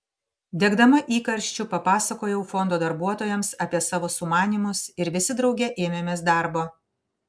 degdama įkarščiu papasakojau fondo darbuotojams apie savo sumanymus ir visi drauge ėmėmės darbo